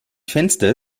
fenster